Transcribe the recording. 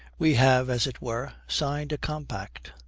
we have, as it were, signed a compact,